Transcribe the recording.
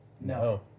No